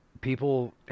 people